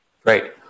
Great